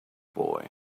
boy